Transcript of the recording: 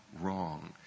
wrong